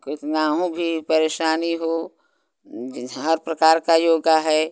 कितना हूँ भी परेशानी हो हर प्रकार का योग है